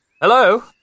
hello